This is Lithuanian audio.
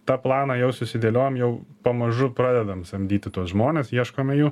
tą planą jau susidėliojom jau pamažu pradedam samdyti tuos žmones ieškome jų